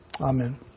Amen